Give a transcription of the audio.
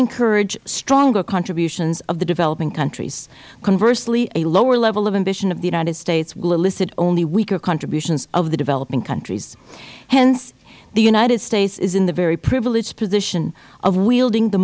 encourage stronger contributions of the developing countries conversely a lower level of ambition of the united states will elicit only weaker contributions of the developing countries hence the united states is in the very privileged position of wielding the